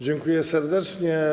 Dziękuję serdecznie.